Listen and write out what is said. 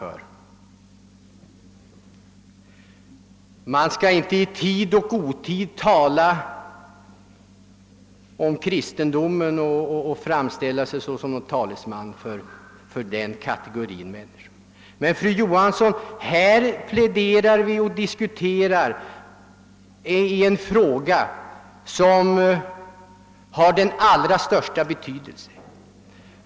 Fru Johansson menade också att man inte i tid och otid skall tala om kristendomen och framställa sig som talesman för de kristna. Men, fru Johansson, här diskuterar vi en fråga som har den allra största betydelse.